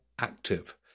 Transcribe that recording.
active